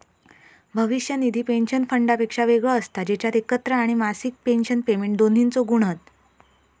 भविष्य निधी पेंशन फंडापेक्षा वेगळो असता जेच्यात एकत्र आणि मासिक पेंशन पेमेंट दोन्हिंचे गुण हत